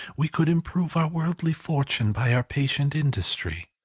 we could improve our worldly fortune by our patient industry.